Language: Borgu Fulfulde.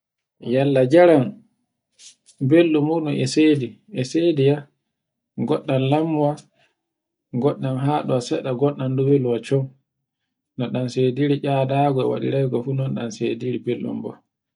Yalla jaran belɗum muɗum e seli. E sediya goɗɗam lamma, goɗɗan haɗo seɗa goɗɗan du welu waccu, no ɗan seduru tcedago e waɗirego fu non ɗan sediri belɗum bo.